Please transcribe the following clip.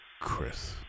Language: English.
Chris